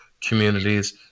communities